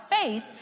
faith